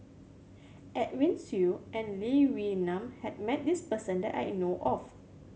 Edwin Siew and Lee Wee Nam has met this person that I know of